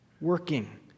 Working